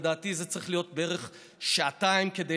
לדעתי זה צריך להיות בערך שעתיים כדי